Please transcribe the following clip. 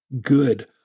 good